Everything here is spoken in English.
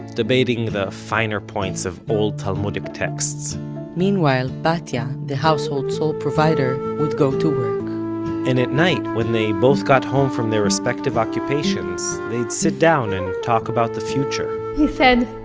debating the finer points of old talmudic texts meanwhile, batya, the household's sole provider, would go to work and at night, when they both got home from their respective occupations, they'd sit down and talk about the future he said,